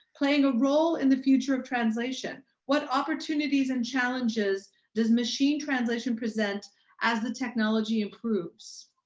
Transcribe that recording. playing a role in the future of translation. what opportunities and challenges does machine translation present as the technology improves?